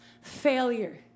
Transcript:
failure